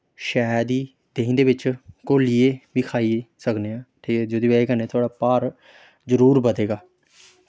शैहद गी देहीं दे बिच्च घोलियै बी खाई सकनें आं ठीक ऐ जेह्दी बज़ह् कन्नै थुआढ़ा भार जरूर बधे गा